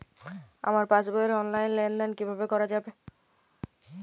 আমার পাসবই র অনলাইন লেনদেন কিভাবে করা যাবে?